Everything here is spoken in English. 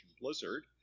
Blizzard